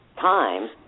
time